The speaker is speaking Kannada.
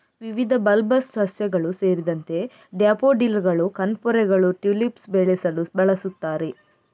ವಿವಿಧ ಬಲ್ಬಸ್ ಸಸ್ಯಗಳು ಸೇರಿದಂತೆ ಡ್ಯಾಫೋಡಿಲ್ಲುಗಳು, ಕಣ್ಪೊರೆಗಳು, ಟುಲಿಪ್ಸ್ ಬೆಳೆಸಲು ಬಳಸುತ್ತಾರೆ